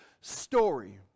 story